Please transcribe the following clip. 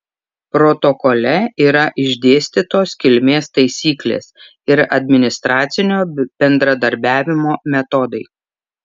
protokole yra išdėstytos kilmės taisyklės ir administracinio bendradarbiavimo metodai